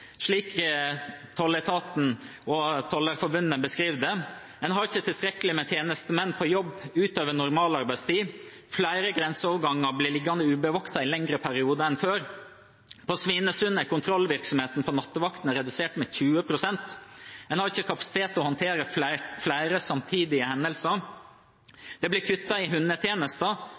slik tolletaten og Tollerforbundet beskriver det, at en ikke har tilstrekkelig med tjenestemenn på jobb utover normal arbeidstid flere grenseoverganger blir liggende ubevoktet i lengre perioder enn før kontrollvirksomheten for nattevaktene på Svinesund er redusert med 20 pst. en ikke har kapasitet til å håndtere flere samtidige hendelser det blir kuttet i